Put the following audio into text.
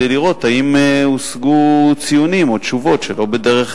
לראות אם הושגו ציונים או תשובות שלא בדרך